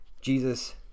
Jesus